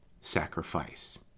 sacrifice